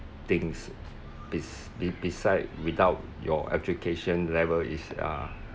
things bes~ be~ besides without your education level is ah